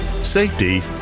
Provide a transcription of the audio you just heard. safety